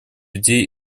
людей